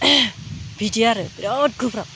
बिदि आरो बिरात गोब्राब